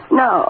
no